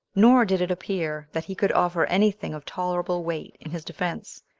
nor did it appear that he could offer any thing of tolerable weight in his defense,